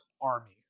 army